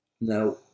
Now